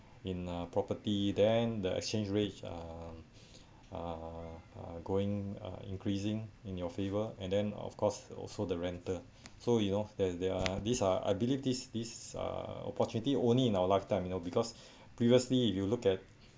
in a property then the exchange rate uh uh uh going uh increasing in your favour and then of course also the rental so you know there's there are these are I believe this this uh opportunity only in our lifetime you know because previously if you look at